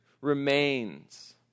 remains